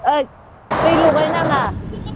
ऐ दै लगाय नाङा